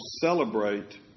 celebrate